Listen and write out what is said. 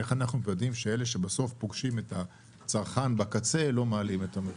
איך אנחנו מוודאים שאלה שבסוף פוגשים את הצרכן בקצה לא מעלים את המחיר?